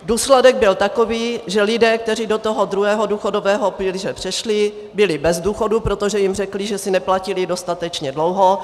Důsledek byl takový, že lidé, kteří do toho druhého důchodového pilíře přešli, byli bez důchodu, protože jim řekli, že si neplatili dostatečně dlouho.